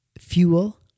fuel